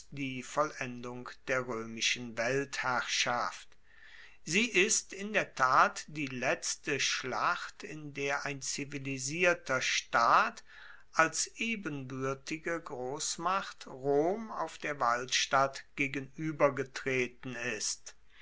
die vollendung der roemischen weltherrschaft sie ist in der tat die letzte schlacht in der ein zivilisierter staat als ebenbuertige grossmacht rom auf der walstatt gegenuebergetreten ist